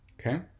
Okay